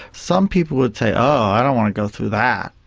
some people would say, oh, i don't want to go through that.